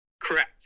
Correct